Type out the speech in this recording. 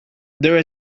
there